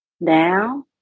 Now